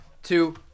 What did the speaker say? Two